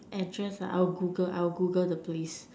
address ah I will Google I will Google the place